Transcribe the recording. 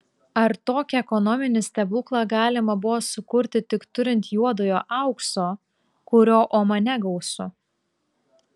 ar tokį ekonominį stebuklą galima buvo sukurti tik turint juodojo aukso kurio omane gausu